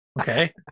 Okay